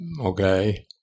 okay